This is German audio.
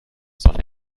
sonne